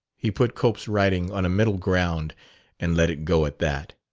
he put cope's writing on a middle ground and let it go at that.